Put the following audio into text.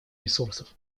ресурсов